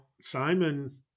Simon –